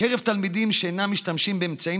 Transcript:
בקרב תלמידים שאינם משתמשים באמצעים